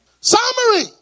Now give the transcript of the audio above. summary